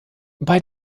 bei